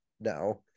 now